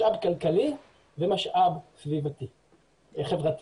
משאב כלכלי ומשאב חברתי.